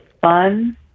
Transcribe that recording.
fun